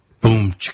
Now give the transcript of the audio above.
Boom